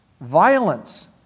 Violence